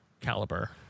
caliber